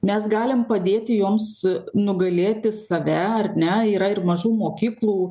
mes galim padėti joms nugalėti save ar ne yra ir mažų mokyklų